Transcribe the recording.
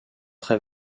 très